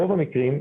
רוב המקרים,